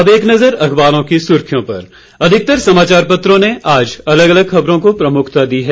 अब एक नजर अखबारों की सुर्खियों पर अधिकतर समाचापत्रों ने आज अलग अलग खबरों को प्रमुखता दी है